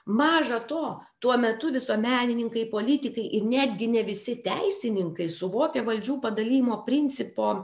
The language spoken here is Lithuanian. maža to tuo metu visuomenininkai politikai ir netgi ne visi teisininkai suvokė valdžių padalijimo principo